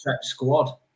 squad